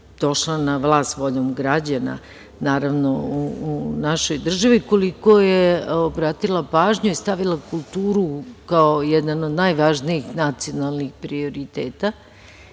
došla na vlast voljom građana, naravno u našoj državi, koliko je obratila pažnju i stavila kulturu kao jedan od najvažnijih nacionalnih prioriteta.